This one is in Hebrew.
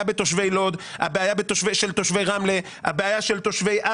הבעיה של תושבי לוד,